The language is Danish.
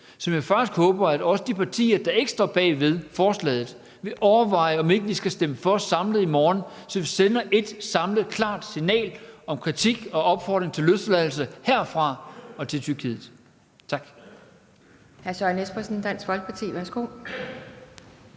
faktisk håber at også de partier, der ikke står bag ved forslaget, vil overveje at stemme for samlet i morgen, så vi sender et samlet klart signal om kritik og opfordring til løsladelse herfra og til Tyrkiet.